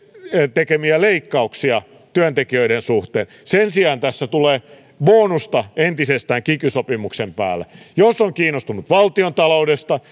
tekemiä leikkauksia työntekijöiden suhteen sen sijaan työnantajille tässä tulee bonusta entisestään kiky sopimuksen päälle jos on kiinnostunut valtiontaloudesta